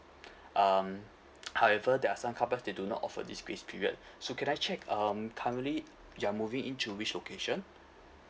um however there are some car parks they do not offer this grace period so can I check um currently you're moving in to which location